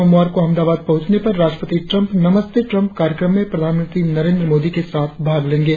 सोमवार को अहमदाबाद पहुंचने पर राष्ट्रपति ट्रंप नमस्ते ट्रम कार्यक्रम में प्रधानमंत्री नरेंद्र मोदी के साथ भाग लेंगे